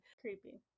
Creepy